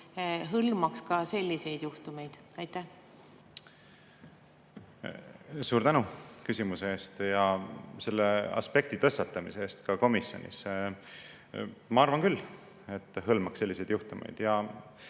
hõlmaks ka selliseid juhtumeid? Suur tänu küsimuse eest ja selle aspekti tõstatamise eest ka komisjonis! Ma arvan küll, et see hõlmaks selliseid juhtumeid.